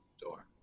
door